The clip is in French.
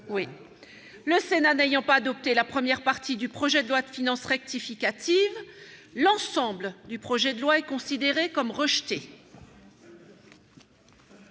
loi ? Le Sénat n'ayant pas adopté la première partie du projet de loi de finances rectificative pour 2018, l'ensemble du projet de loi est considéré comme rejeté.